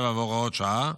57 והוראות שעה),